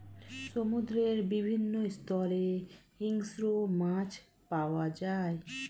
সমুদ্রের বিভিন্ন স্তরে হিংস্র মাছ পাওয়া যায়